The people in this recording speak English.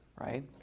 right